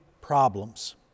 problems